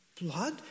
blood